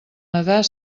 nadar